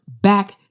back